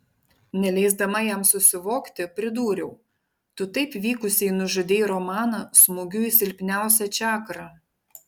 neleisdama jam susivokti pridūriau tu taip vykusiai nužudei romaną smūgiu į silpniausią čakrą